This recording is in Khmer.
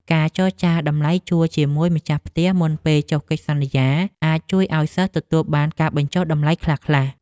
ការចរចាតម្លៃជួលជាមួយម្ចាស់ផ្ទះមុនពេលចុះកិច្ចសន្យាអាចជួយឱ្យសិស្សទទួលបានការបញ្ចុះតម្លៃខ្លះៗ។